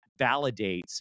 validates